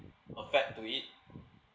affect to it